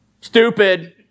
Stupid